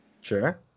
sure